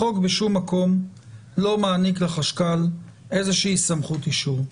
החוק בשום מקום לא מעניק לחשכ"ל איזושהי סמכות אישור.